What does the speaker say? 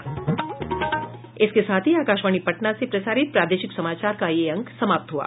इसके साथ ही आकाशवाणी पटना से प्रसारित प्रादेशिक समाचार का ये अंक समाप्त हुआ